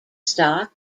stock